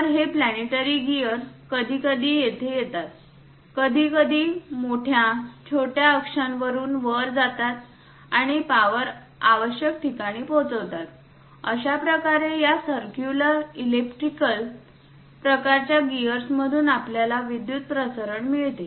तर हे planetary gear कधीकधी येथे येतात कधीकधी मोठ्या छोट्या अक्षांमधून वर जातात आणि पावर आवश्यक ठिकाणी पोहोचवतात अशाप्रकारे या सर्क्युलर ईलिप्टिकल प्रकारच्या गिअर्स मधून आपल्याला विद्युत प्रसारण मिळते